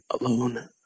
alone